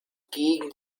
gegen